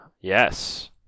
Yes